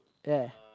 ya